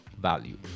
value